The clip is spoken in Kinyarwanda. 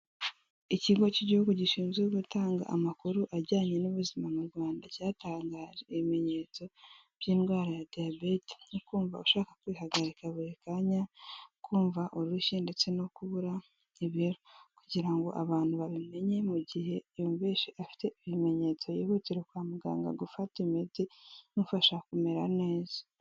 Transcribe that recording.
Ikigo cy'igihugu gishinzwe gutanga amakuru ajyanye n'ubuzima mu Rwanda cyatangaje ibimenyetso by'indwara ya diayabete nko kumva ushaka kwihagarika buri kanya, kumva urushyi ndetse no kubura ibiro kugira ngo abantu babimenye mu gihe yumvise afite ibimenyetso yihutire kwa muganga gufata imiti imufasha kumera neza.